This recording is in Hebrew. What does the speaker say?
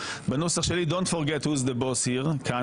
בנוסח שלי: “Don’t forget who is the boss here” כאן,